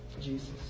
Jesus